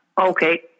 Okay